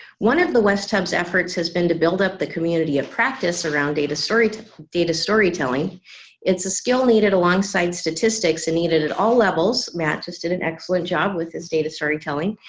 one of the west hub's efforts has been to build up the community of practice around data storage of data storytelling it's a skill needed alongside statistics and needed at all levels, matt just did an excellent job with his data storytelling.